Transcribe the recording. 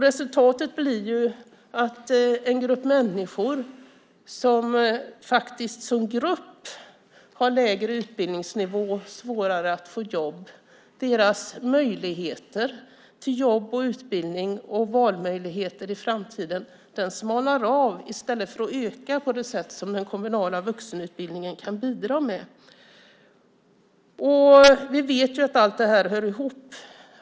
Resultatet blir att möjligheterna till jobb och utbildning och valmöjligheterna i framtiden för en grupp människor vilken som grupp har lägre utbildningsnivå och svårare att få jobb smalnar av i stället för att öka på det sätt som den kommunala vuxenutbildningen kan bidra till. Vi vet att allt detta hör ihop.